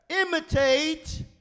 Imitate